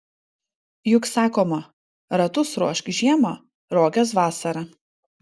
juk sakoma ratus ruošk žiemą roges vasarą